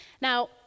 Now